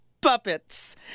puppets